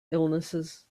illnesses